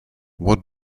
what